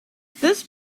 this